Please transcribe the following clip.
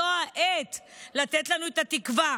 זו העת לתת לנו את התקווה.